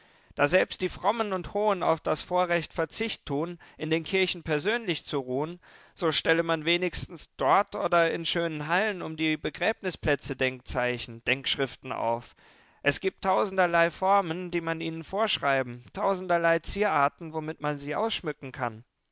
da selbst die frommen und hohen auf das vorrecht verzicht tun in den kirchen persönlich zu ruhen so stelle man wenigstens dort oder in schönen hallen um die begräbnisplätze denkzeichen denkschriften auf es gibt tausenderlei formen die man ihnen vorschreiben tausenderlei zieraten womit man sie ausschmücken kann